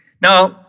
Now